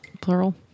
plural